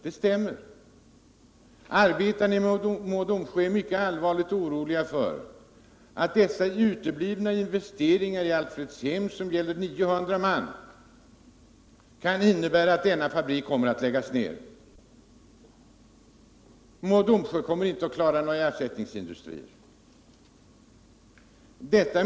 Det stämmer också att arbetarna i Mo och Domsjö är mycket oroliga för att de uteblivna investeringarna i Alfredshem, som berör 900 man, kan innebära att fabriken läggs ned. Kommer Mo och Domsjö att förlägga någon ersättningsindustri dit?